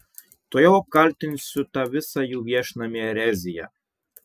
tuojau apkaltinsiu tą visą jų viešnamį erezija